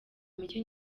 mike